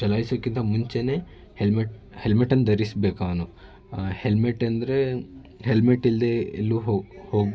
ಚಲಾಯಿಸೋಕ್ಕಿಂತ ಮುಂಚೆಯೇ ಹೆಲ್ಮೆಟ್ ಹೆಲ್ಮೆಟನ್ನು ಧರಿಸಬೇಕು ಅವನು ಹೆಲ್ಮೆಟ್ ಅಂದರೆ ಹೆಲ್ಮೆಟ್ ಇಲ್ಲದೆ ಎಲ್ಲೂ ಹೋಗಿ ಹೋಗಿ